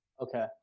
okay